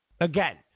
Again